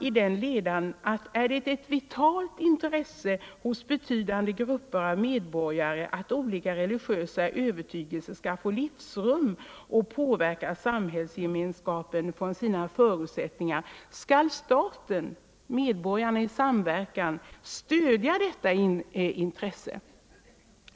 I den ledaren skriver man: ”Är det ett vitalt intresse hos betydande grupper av medborgare att olika religiösa övertygelser skall få livsrum och påverka samhällsgemenskapen från sina förutsättningar skall staten stödja detta intresse.